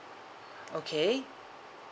okay